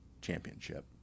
championship